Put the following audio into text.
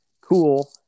cool